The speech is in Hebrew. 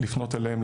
לפנות אליהם,